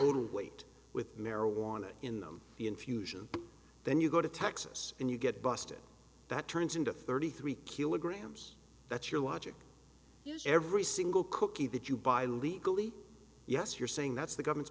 little weight with marijuana in them the infusion then you go to texas and you get busted that turns into thirty three kilograms that's your logic is every single cookie that you buy legally yes you're saying that's the government's